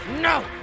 no